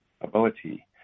ability